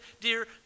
dear